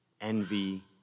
envy